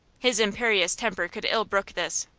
his imperious temper could ill brook this.